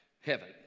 heaven